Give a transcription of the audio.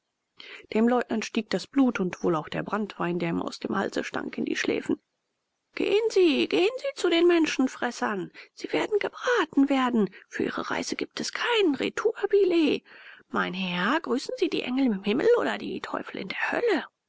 dem leutnant stieg das blut und wohl auch der branntwein der ihm aus dem halse stank in die schläfen gehen sie gehen sie zu den menschenfressern sie werden gebraten werden für ihre reise gibt's kein retourbillett mein herr grüßen sie die engel im himmel oder die teufel in der hölle